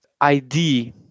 ID